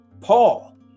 Paul